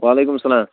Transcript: وعلیکُم سلام